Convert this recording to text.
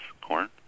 Corn